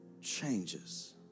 changes